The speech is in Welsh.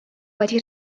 wedi